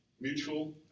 mutual